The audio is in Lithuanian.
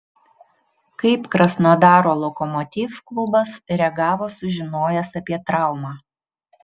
kaip krasnodaro lokomotiv klubas reagavo sužinojęs apie traumą